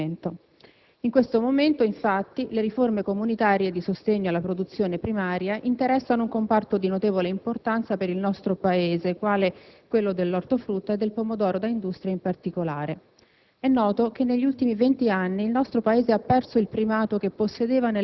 in quanto ritengo che le argomentazioni proposte siano meritevoli di un preciso approfondimento. In questo momento, infatti, le riforme comunitarie di sostegno alla produzione primaria interessano un comparto di notevole importanza per il nostro Paese, quale quello dell'ortofrutta e del pomodoro da industria in particolare.